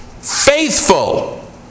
faithful